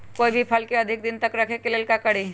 कोई भी फल के अधिक दिन तक रखे के ले ल का करी?